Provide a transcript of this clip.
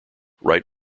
right